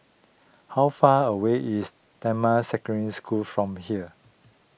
how far away is Damai Secondary School from here